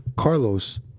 Carlos